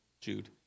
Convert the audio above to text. Jude